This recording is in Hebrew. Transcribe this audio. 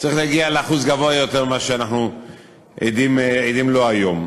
צריך להגיע לאחוז גבוה יותר ממה שאנחנו עדים לו היום.